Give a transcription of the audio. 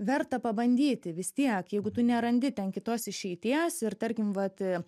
verta pabandyti vis tiek jeigu tu nerandi ten kitos išeities ir tarkim vat